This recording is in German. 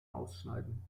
ausschneiden